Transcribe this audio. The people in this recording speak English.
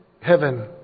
heaven